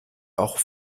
auch